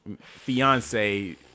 fiance